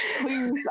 Please